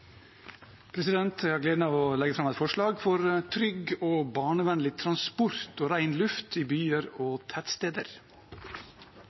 Jeg har gleden av å legge fram et forslag om trygg og barnevennlig transport og ren luft i byer